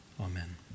Amen